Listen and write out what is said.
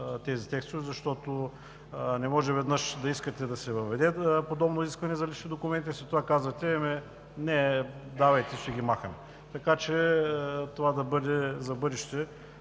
тези текстове, защото не може веднъж да искате да се въведе подобно изискване за личните документи, а след това казвате: не, давайте, ще ги махаме. Това да бъде за в бъдеще